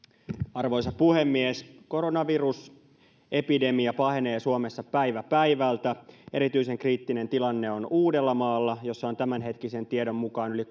arvoisa puhemies koronavirusepidemia pahenee suomessa päivä päivältä erityisen kriittinen tilanne on uudellamaalla jossa on tämänhetkisen tiedon mukaan yli